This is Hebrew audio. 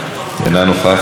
אינה נוכחת,